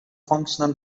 functional